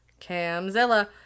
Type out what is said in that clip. Camzilla